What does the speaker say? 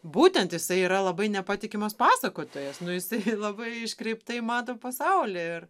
būtent jisai yra labai nepatikimas pasakotojas nu jisai labai iškreiptai mato pasaulį ir